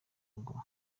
rugo